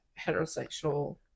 heterosexual